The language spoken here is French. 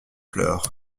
pleurs